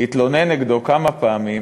התלונן נגדו כמה פעמים,